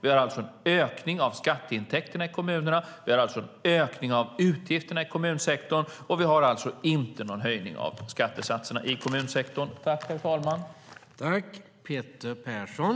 Vi har alltså en ökning av skatteintäkterna i kommunerna. Vi har alltså en ökning av utgifterna i kommunsektorn. Och vi har alltså inte någon höjning av skattesatserna i kommunsektorn.